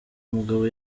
mugabo